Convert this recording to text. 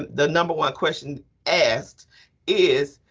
the number one question asked is,